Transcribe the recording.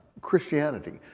Christianity